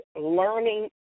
learning